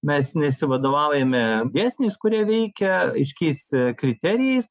mes nesivadovaujame dėsniais kurie veikia aiškiais kriterijais